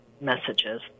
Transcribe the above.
messages